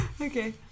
Okay